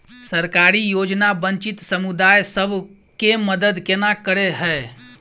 सरकारी योजना वंचित समुदाय सब केँ मदद केना करे है?